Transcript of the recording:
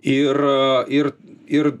ir ir ir